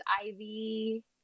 Ivy